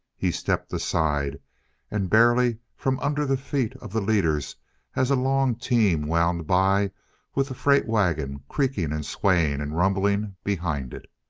he stepped aside and barely from under the feet of the leaders as a long team wound by with the freight wagon creaking and swaying and rumbling behind it.